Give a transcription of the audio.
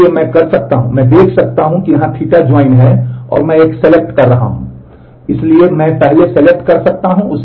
इसलिए मैं कर सकता हूं मैं देख सकता हूं कि यहां Ɵ जॉइन है और फिर मैं एक सेलेक्ट कर रहा हूं